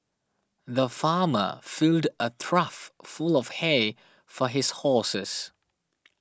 the farmer filled a trough full of hay for his horses